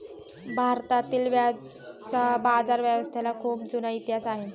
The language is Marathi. भारतातील बाजारव्यवस्थेला खूप जुना इतिहास आहे